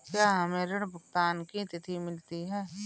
क्या हमें ऋण भुगतान की तिथि मिलती है?